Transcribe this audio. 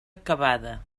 acabada